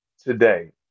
today